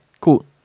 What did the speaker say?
Cool